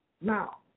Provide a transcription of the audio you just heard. Now